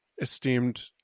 esteemed